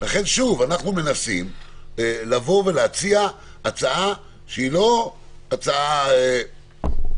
אנו מנסים להציע הצעה לא כופה.